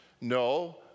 No